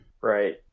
Right